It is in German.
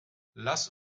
lass